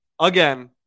again